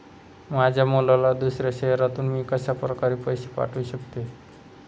माझ्या मुलाला दुसऱ्या शहरातून मी कशाप्रकारे पैसे पाठवू शकते?